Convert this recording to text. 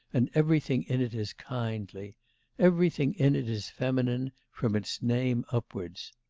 and everything in it is kindly everything in it is feminine, from its name upwards.